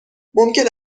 ممکن